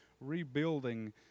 rebuilding